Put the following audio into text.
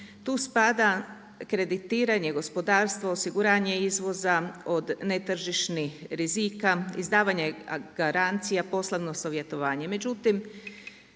tu spada kreditiranje gospodarstva, osiguranje izvoza od netržišnih rizika, izdavanje garancija poslovno savjetovanje.